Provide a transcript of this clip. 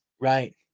right